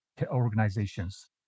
organizations